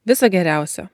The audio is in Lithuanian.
viso geriausio